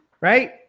Right